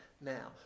now